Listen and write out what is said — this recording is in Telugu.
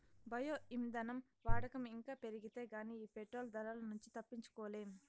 బయో ఇంధనం వాడకం ఇంకా పెరిగితే గానీ ఈ పెట్రోలు ధరల నుంచి తప్పించుకోలేం